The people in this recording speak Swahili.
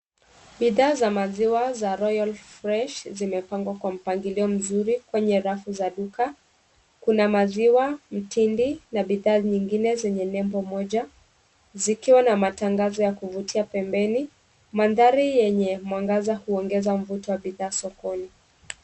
Bidha za maziwa za Royal fresh zimepangwa kwa mpangilio mzuri kwenye rafu za duka kuna maziwa, mtindi na bidha zingine zenye nembo moja zikiwa na matangazo ya kuvutia pembeni, mandhari yenye mwangaza huongeza mvuto wa bidhaa sokoni.